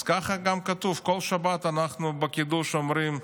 אז ככה גם כתוב, כל שבת אנחנו בקידוש אומרים: